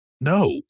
No